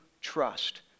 trust